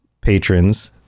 patrons